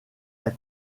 est